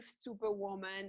superwoman